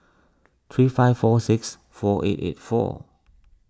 three five four six four eight eight four